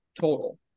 total